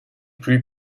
plus